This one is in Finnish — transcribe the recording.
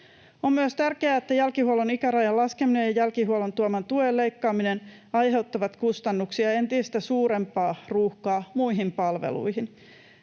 On myös tärkeää huomata, että jälkihuollon ikärajan laskeminen ja jälkihuollon tuoman tuen leikkaaminen aiheuttavat kustannuksia ja entistä suurempaa ruuhkaa muihin palveluihin.